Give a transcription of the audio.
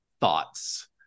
Thoughts